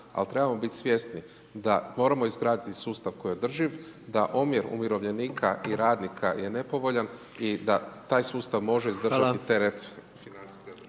ali trebamo biti svjesni da moramo izgrditi sustav koji je održiv, da omjer umirovljenika i radnika je nepovoljan i da taj sustav može izdržati teret financijske .../Govornik